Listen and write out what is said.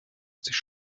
sich